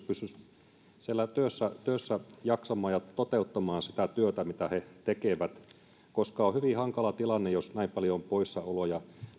että hätäkeskushenkilöstö jaksaisi siellä työssä ja pystyisi toteuttamaan sitä työtä mitä he tekevät koska on hyvin hankala tilanne jos näin paljon on poissaoloja